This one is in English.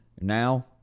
Now